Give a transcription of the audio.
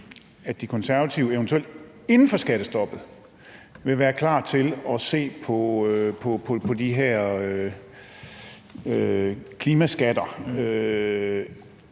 at De Konservative eventuelt inden for skattestoppet vil være klar til at se på de her klimaskatter?